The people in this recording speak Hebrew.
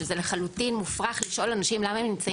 שזה לחלוטין מופרך לשאול אנשים למה הם נמצאים